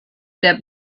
der